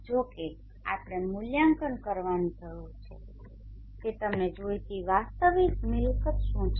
જો કે આપણે મૂલ્યાંકન કરવાની જરૂર છે કે તમને જોઈતી વાસ્તવિક મિલકત શું છે